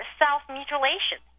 self-mutilation